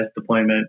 deployment